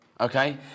Okay